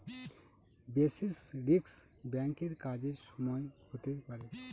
basis risk ব্যাঙ্কের কাজের সময় হতে পারে